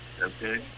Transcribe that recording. okay